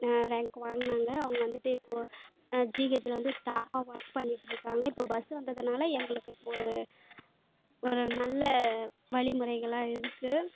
ரேங் வாங்குனாங்க அவங்க வந்துகிட்டு இப்போ ஜிஹெசில் வந்து ஸ்டாஃபாக ஒர்க் பண்ணிகிட்ருக்காங்க இப்போ பஸ் வந்ததுனால் எங்களுக்கு இப்போ ஒரு ஒரு நல்ல வழிமுறைகளாக இருக்குது